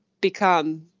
become